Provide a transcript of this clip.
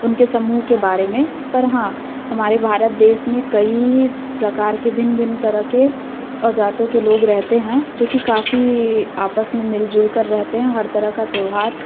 उनके समूह के बारे में पर हाँ हमारे भारत देश में कई प्रकार के भिन्न भिन्न तरह के और जातों के लोग रहते हैं जो कि काफ़ी आपस में मिल जुल कर रहते हैं हर तरह का त्योहार